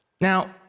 Now